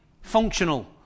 functional